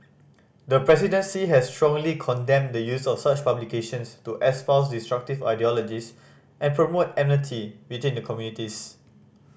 the presidency has strongly condemned the use of such publications to espouse destructive ideologies and promote enmity between the communities